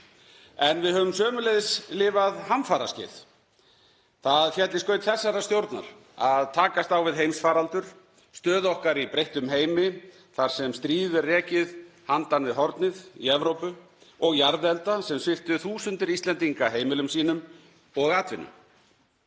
En við höfum sömuleiðis lifað hamfaraskeið. Það féll í skaut þessarar stjórnar að takast á við heimsfaraldur, stöðu okkar í breyttum heimi þar sem stríð er rekið handan við hornið í Evrópu og jarðelda sem sviptu þúsundir Íslendinga heimilum sínum og atvinnu.